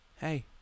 hey